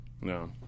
No